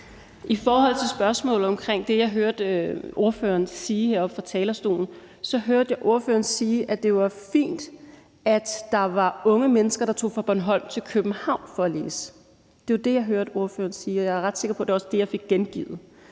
I forhold til spørgsmålet om, hvad jeg hørte ordføreren sige oppe fra talerstolen, så var det, at det var fint, at der var unge mennesker, der tog fra Bornholm til København for at læse. Det var det, jeg hørte ordføreren sige, og jeg er ret sikker på, at det også var det, jeg fik gengivet.